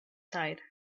side